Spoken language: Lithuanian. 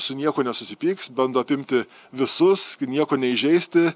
su niekuo nesusipyks bando apimti visus nieko neįžeisti